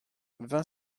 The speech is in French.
vingt